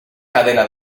cadena